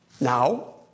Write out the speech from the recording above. now